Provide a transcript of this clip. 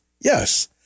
Yes